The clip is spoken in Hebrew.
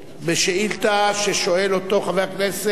בשאילתא ששואל אותו חבר הכנסת